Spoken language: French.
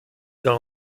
dans